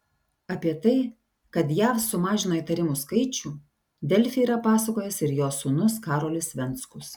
apie tai kad jav sumažino įtarimų skaičių delfi yra pasakojęs ir jos sūnus karolis venckus